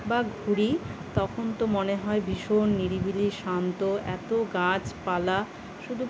বা ঘুরি তখন তো মনে হয় ভীষণ নিরিবিলি শান্ত এতো গাছপালা শুধু